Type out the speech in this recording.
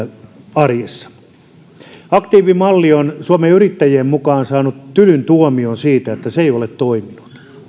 arjessa aktiivimalli on suomen yrittäjien mukaan saanut tylyn tuomion siitä että se ei ole toiminut